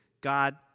God